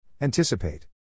Anticipate